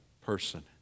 person